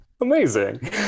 amazing